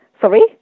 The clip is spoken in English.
Sorry